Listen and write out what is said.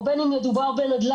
או בין אם מדובר בנדל"ן,